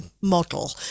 model